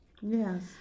Yes